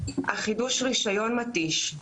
חידוש הרישיון מתיש.